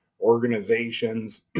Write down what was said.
organizations